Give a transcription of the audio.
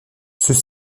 ceux